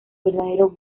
verdadero